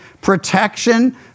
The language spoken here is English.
protection